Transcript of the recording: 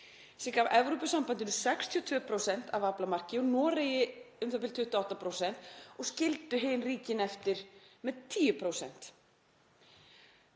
sem gaf Evrópusambandinu 62% af aflamarki og Noregi u.þ.b. 28% og skildi hin ríkin eftir með 10%.